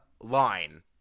line